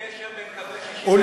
אין שום קשר בין קווי 67' לחרם,